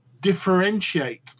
differentiate